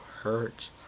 hurts